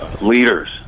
leaders